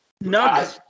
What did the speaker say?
No